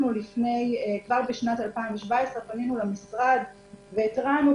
כבר בשנת 2017 אנחנו פנינו למשרד והתרענו